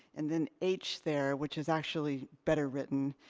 and then h there, which is actually better written,